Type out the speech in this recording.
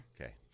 Okay